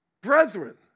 Brethren